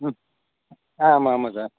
ம் ஆ ஆமாம் ஆமாம் சார்